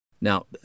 Now